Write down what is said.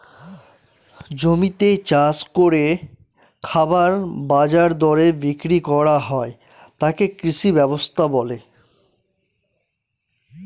জমিতে চাষ করে খাবার বাজার দরে বিক্রি করা হয় তাকে কৃষি ব্যবস্থা বলে